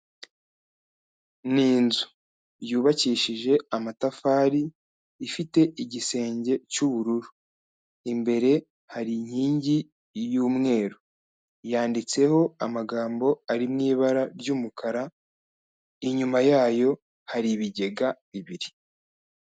Ni inzu yubakishije amatafari ifite igisenge cy'ubururu, imbere hari inkingi y'umweru yanditseho amagambo ari mu ibara ry'umukara inyuma yayo hari ibigega bibiri.